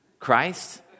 Christ